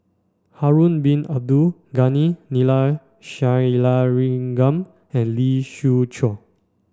Harun Bin Abdul Ghani Neila Sathyalingam and Lee Siew Choh